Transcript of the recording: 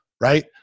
right